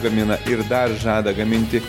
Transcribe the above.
gamina ir dar žada gaminti